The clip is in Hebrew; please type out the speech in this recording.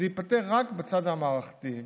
זה ייפתר רק בצד המערכתי,